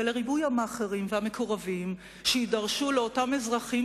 ולריבוי המאכערים והמקורבים שיידרשו לאותם אזרחים